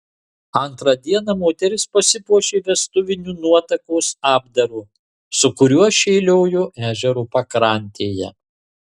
antrą dieną moteris pasipuošė vestuviniu nuotakos apdaru su kuriuo šėliojo ežero pakrantėje